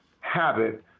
habit